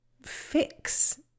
fix